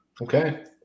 Okay